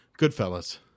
Goodfellas